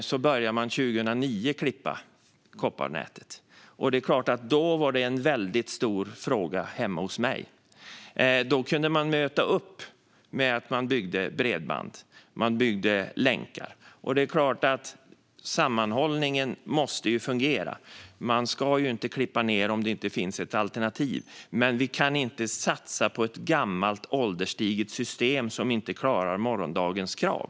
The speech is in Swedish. Man började klippa kopparnätet 2009. Det är klart att det då var en väldigt stor fråga hemma hos mig. Då kunde man möta upp detta med att bygga bredband. Man byggde länkar. Det är klart att sammanhållningen måste fungera. Man ska inte klippa om det inte finns ett alternativ, men vi kan inte satsa på ett ålderstiget system som inte klarar morgondagens krav.